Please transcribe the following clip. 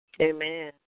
Amen